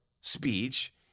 speech